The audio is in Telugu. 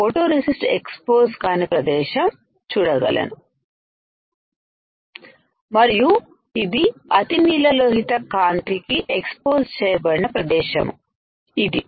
ఫోటోరెసిస్ట్ ఎక్సపోజ్ కానీ ప్రదేశం చూడగలను మరియు ఇది అతినీలలోహిత కాంతికి ఎక్సపోజ్ చేయబడిన ప్రదేశం ఇది